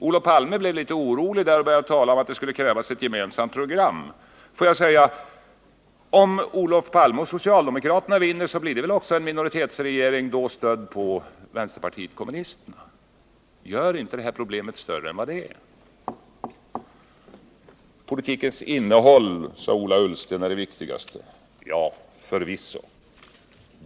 Olof Palme blev då litet orolig och började tala om att det skulle krävas ett gemensamt program. Men om Olof Palme och socialdemokraterna vinner, blir det väl också en minoritetsregering — då stödd på vänsterpartiet kommunisterna. Gör alltså inte detta problem större än det är. Politikens innehåll är det viktigaste, sade Ola Ullsten. Ja, förvisso.